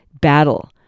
battle